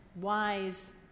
wise